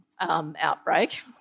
Outbreak